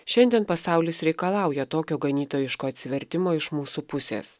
šiandien pasaulis reikalauja tokio ganytojiško atsivertimo iš mūsų pusės